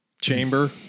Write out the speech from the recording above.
chamber